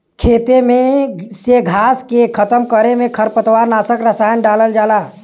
खेते में से घास के खतम करे में खरपतवार नाशक रसायन डालल जाला